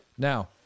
Now